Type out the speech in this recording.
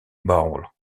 bowl